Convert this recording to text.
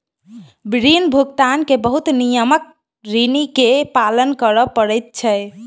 ऋण भुगतान के बहुत नियमक ऋणी के पालन कर पड़ैत छै